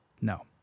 no